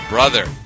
brother